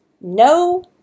no